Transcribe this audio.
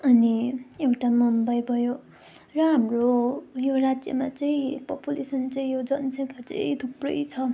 अनि एउटा मुम्बई भयो र हाम्रो यो राज्यमा चाहिँ पपुलेसन चाहिँ यो जनसङ्ख्या चाहिँ थुप्रै छ